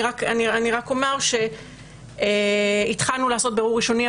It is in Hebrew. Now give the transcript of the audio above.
אני רק אומר שהתחלנו לעשות בירור ראשוני,